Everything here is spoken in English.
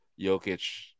Jokic